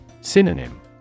Synonym